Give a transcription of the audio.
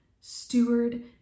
steward